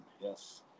Yes